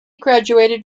graduated